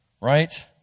right